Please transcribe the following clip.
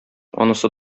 анысы